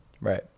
right